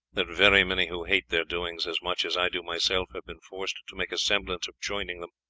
that very many who hate their doings as much as i do myself have been forced to make a semblance of joining them.